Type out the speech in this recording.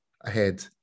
ahead